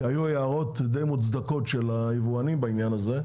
כי היו הערות די מוצדקות של היבואנים בעניין הזה,